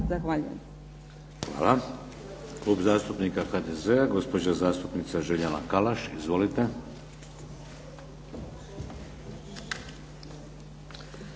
(HDZ)** Hvala. Klub zastupnika HDZ-a, gospođa zastupnica Željana Kalaš. Izvolite.